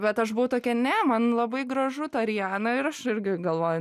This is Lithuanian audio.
bet aš buvau tokia ne man labai gražu ta riana ir aš irgi galvoju